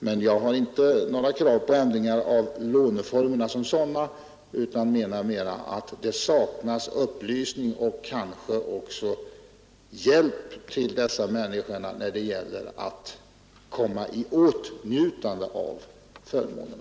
Men jag har inte några krav på ändring av låneformerna som sådana utan menar mera att det saknas upplysning och kanske också hjälp till de människor som kan komma i åtnjutande av förmånerna.